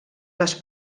les